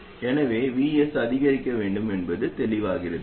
எனவே Vs அதிகரிக்க வேண்டும் என்பது தெளிவாகிறது